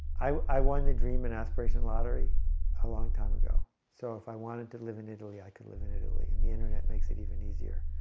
i i won the dream and aspiration lottery a long time ago so if i wanted to live in italy i could live in italy and the internet makes it even easier